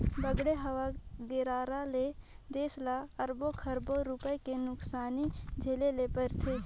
बाड़गे, हवा गरेरा ले देस ल अरबो खरबो रूपिया के नुकसानी झेले ले परथे